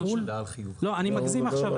אני בכוונה מגזים עכשיו.